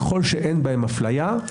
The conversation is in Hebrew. ככל שאין בהם אפליה,